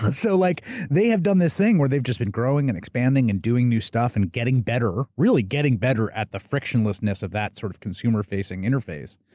so like they have done this thing where they've just been growing and expanding, and doing new stuff and getting better, really getting better at the frictionlessness of that sort of consumer-facing interface,